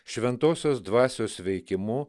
šventosios dvasios veikimu